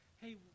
Hey